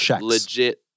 legit